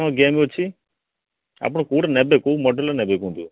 ହଁ ଗେମ୍ ଅଛି ଆପଣ କେଉଁଟା ନେବେ କେଉଁ ମଡ଼େଲର ନେବେ କୁହଁନ୍ତୁ